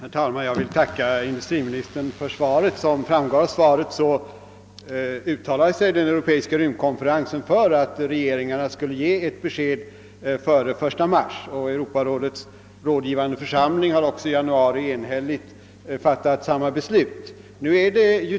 Herr talman! Jag vill tacka industriministern för svaret. Såsom framgått av svaret uttalade sig den europeiska rymdkonferensen för att regeringarna skulle ge ett besked före den 1 mars. Europarådets rådgivande församling har också i januari enhälligt fattat samma beslut.